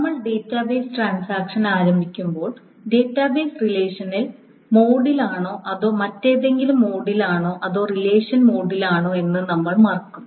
നമ്മൾ database transaction ആരംഭിക്കുമ്പോൾ database relational മോഡിലാണോ അതോ മറ്റേതെങ്കിലും മോഡിലാണോ അതോ റിലേഷൻ മോഡലിലാണോ എന്ന് നമ്മൾ മറക്കും